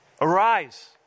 Arise